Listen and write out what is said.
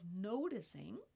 noticing